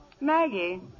Maggie